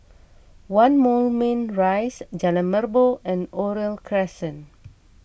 one Moulmein Rise Jalan Merbok and Oriole Crescent